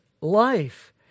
life